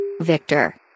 Victor